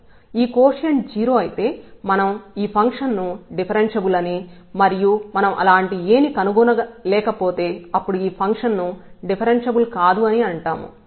ఈ కోషెంట్ 0 అయితే మనం ఫంక్షన్ ను డిఫరెన్ష్యబుల్ అని మరియు మనం అలాంటి A ని కనుగొనలేకపోతే అప్పుడు ఫంక్షన్ ను డిఫరెన్ష్యబుల్ కాదు అని అంటాము